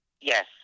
Yes